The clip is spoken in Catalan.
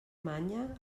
manya